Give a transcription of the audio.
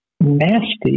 nasty